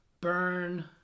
Burn